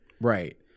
Right